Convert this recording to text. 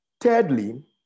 Thirdly